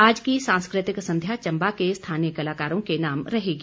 आज की सांस्कृतिक संध्या चंबा के स्थानीय कलाकारों के नाम रहेगी